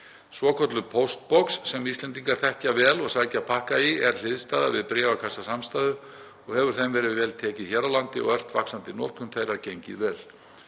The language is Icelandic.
Svokölluð póstbox sem Íslendingar þekkja vel og sækja pakka í er hliðstæða við bréfakassasamstæður og hefur þeim verið vel tekið hér á landi og ört vaxandi notkun þeirra gengið vel.